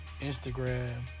Instagram